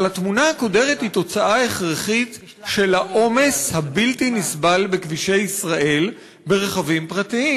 היא תוצאה הכרחית של העומס הבלתי-נסבל בכבישי ישראל ברכבים פרטיים.